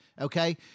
okay